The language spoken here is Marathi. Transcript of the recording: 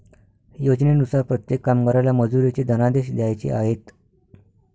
योजनेनुसार प्रत्येक कामगाराला मजुरीचे धनादेश द्यायचे आहेत